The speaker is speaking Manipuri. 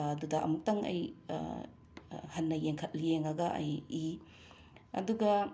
ꯑꯗꯨꯗ ꯑꯃꯨꯛꯇꯪ ꯑꯩ ꯍꯟꯅ ꯌꯦꯡꯈꯠꯜ ꯌꯦꯡꯉꯒ ꯑꯩ ꯏꯤ ꯑꯗꯨꯒ